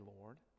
Lord